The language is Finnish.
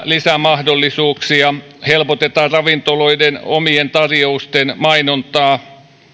lisämahdollisuuksia helpotetaan ravintoloiden omien tarjousten mainontaa